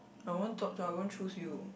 I want talk to I won't choose you